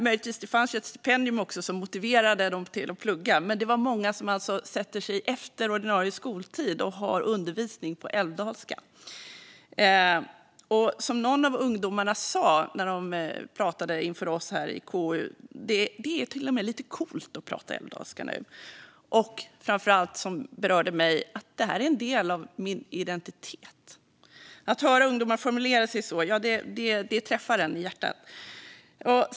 Det finns visserligen ett stipendium som motiverar dem till att plugga, men det var också många som fick undervisning på älvdalska efter ordinarie skoltid. Det var någon av ungdomarna som sa när de pratade inför oss i KU att det är lite coolt att prata älvdalska, och framför allt - vilket berörde mig - att det är en del av personens identitet. Att höra ungdomar formulera sig så träffar en i hjärtat.